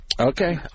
okay